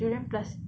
durian plus